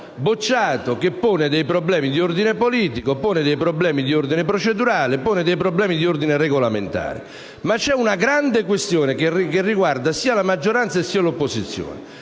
articolo pone dei problemi di ordine politico, di ordine procedurale e di ordine regolamentare. Ma c'è una grande questione che riguarda sia la maggioranza che l'opposizione.